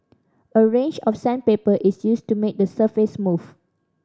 a range of sandpaper is used to make the surface smooth